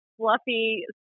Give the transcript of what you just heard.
fluffy